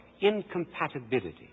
incompatibility